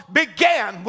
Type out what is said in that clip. began